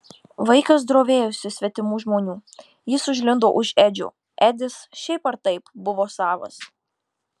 vaikas drovėjosi svetimų žmonių jis užlindo už edžio edis šiaip ar taip buvo savas